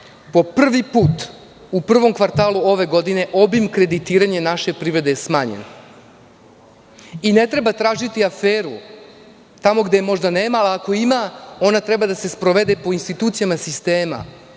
po prvi put u prvom kvartalu, ove godine obim kreditiranja naše privrede je smanjen. Ne treba tražiti aferu tamo gde je možda nema, a ako je ima, ona treba da se sprovede po institucijama sistema